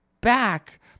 back